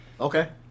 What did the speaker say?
okay